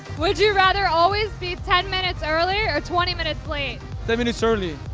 would you rather always be ten minutes early or twenty minutes late? ten minutes early.